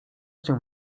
cię